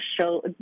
show